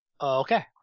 Okay